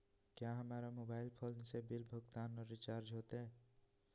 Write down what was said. क्या हमारा mobile phone से बिल भुगतान और रिचार्ज होते?